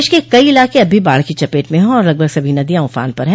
देश के कई इलाके अब भी बाढ़ की चपेट में हैं और लगभग सभी नदियां उफान पर हैं